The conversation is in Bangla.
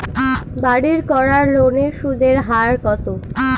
বাড়ির করার লোনের সুদের হার কত?